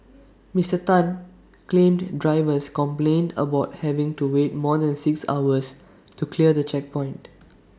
Mister Tan claimed drivers complained about having to wait more than six hours to clear the checkpoint